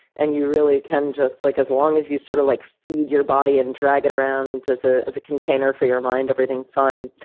and you really can just, like, as long as you sort of like feed your body and drag it around as ah as a container for your mind, everything's fine,